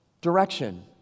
direction